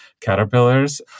caterpillars